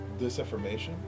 disinformation